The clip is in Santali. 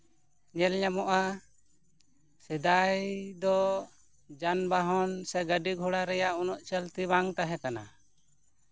ᱧᱮᱞᱼᱧᱟᱢᱚᱜᱼᱟ ᱥᱮᱫᱟᱭ ᱫᱚ ᱡᱟᱱ ᱵᱟᱦᱚᱱ ᱥᱮ ᱜᱟᱹᱰᱤ ᱜᱷᱚᱲᱟ ᱨᱮᱭᱟᱜ ᱩᱱᱟᱹᱜ ᱪᱚᱞᱛᱤ ᱵᱟᱝ ᱛᱟᱦᱮᱸ ᱠᱟᱱᱟ